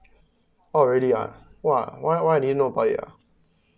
orh really ah !wah! why why do you know about it ah